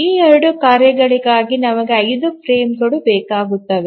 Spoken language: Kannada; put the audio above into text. ಈ 2 ಕಾರ್ಯಗಳಿಗಾಗಿ ನಮಗೆ ಐದು ಫ್ರೇಮ್ಗಳು ಬೇಕಾಗುತ್ತವೆ